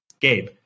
Gabe